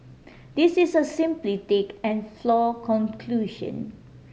this is a simplistic and flaw conclusion